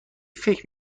فکر